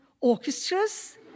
orchestras